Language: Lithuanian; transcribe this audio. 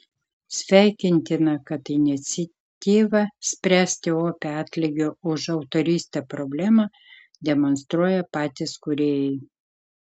sveikintina kad iniciatyvą spręsti opią atlygio už autorystę problemą demonstruoja patys kūrėjai